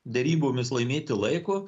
derybomis laimėti laiko